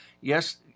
Yes